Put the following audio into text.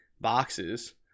boxes